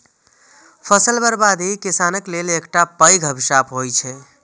फसल बर्बादी किसानक लेल एकटा पैघ अभिशाप होइ छै